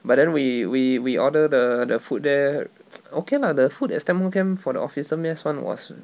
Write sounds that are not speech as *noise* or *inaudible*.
but then we we we order the the food there *noise* okay lah the food at stagmont camp for the officer mass one was